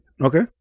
Okay